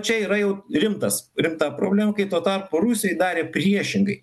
čia yra jau rimtas rimta problema kai tuo tarpu rusijoj darė priešingai